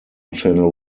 channel